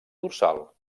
dorsal